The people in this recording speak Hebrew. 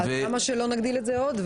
אז למה שלא נגדיל את זה עוד?